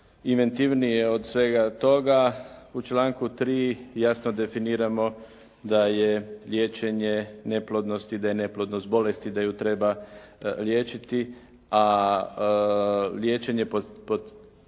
inventivnije od svega toga. U članku 3. jasno definiramo da je liječenje neplodnosti, da je neplodnost bolest i da ju treba liječiti a liječenje, pod